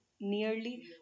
Nearly